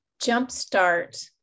jumpstart